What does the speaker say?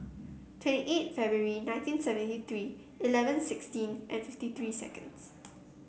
twenty eight February nineteen seventy three eleven sixteen and fifty three seconds